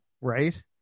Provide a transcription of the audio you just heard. Right